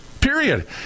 Period